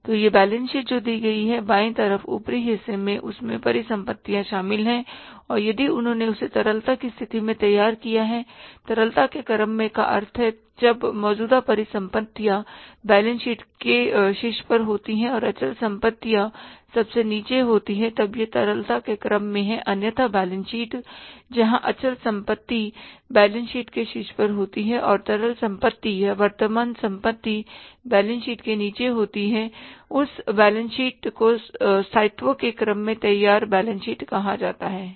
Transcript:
तो यह balance sheet जो दी गई है बायें तरफ ऊपरी हिस्से में उसमें परिसंपत्तियाँ शामिल हैं और यदि उन्होंने उसे तरलता की स्थिति में तैयार किया है तरलता के क्रम में का अर्थ है जब मौजूदा परिसंपत्तियाँ बैलेंस शीट के शीर्ष पर होती हैं और अचल संपत्तियाँ सबसे नीचे होती हैं तब यह तरलता के क्रम में है अन्यथा बैलेंस शीट जहां अचल संपत्ति बैलेंस शीट के शीर्ष पर होती है और तरल संपत्ति या वर्तमान संपत्ति बैलेंस शीट के नीचे होती है उस बैलेंस शीट को स्थायित्व के क्रम में तैयार बैलेंस शीट कहा जाता है है